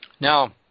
now